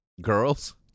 Girls